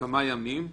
כמה ימים.